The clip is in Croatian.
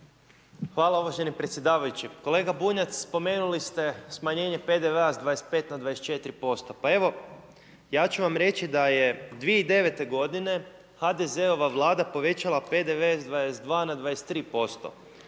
Hvala uvaženi predsjedavajući. Kolega Bunjac, spomenuli ste smanjenje PDV-a s 25 na 24%. Evo, ja ću vam reći da je 2009. g. HDZ-ova Vlada povećala ŠDV s 22 na 23%,